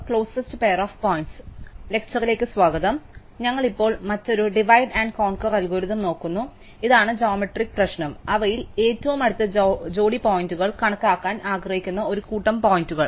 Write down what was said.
ഞങ്ങൾ ഇപ്പോൾ മറ്റൊരു ഡിവൈഡ് ആൻഡ് കോൻക്യുർ അൽഗോരിതം നോക്കുന്നു ഇതാണ് ജോമെട്രിക് പ്രശ്നം അവയിൽ ഏറ്റവും അടുത്ത ജോഡി പോയിന്റുകൾ കണക്കാക്കാൻ ഞങ്ങൾ ആഗ്രഹിക്കുന്ന ഒരു കൂട്ടം പോയിന്റുകൾ